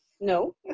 No